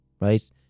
right